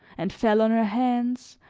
and fell on her hands,